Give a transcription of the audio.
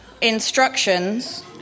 instructions